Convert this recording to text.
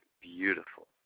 beautiful